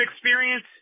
experience